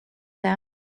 them